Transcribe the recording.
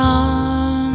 on